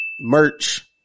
merch